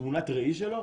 תמונת ראי שלו,